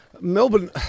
Melbourne